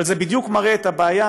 אבל זה בדיוק מראה את הבעיה,